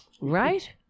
Right